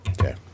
Okay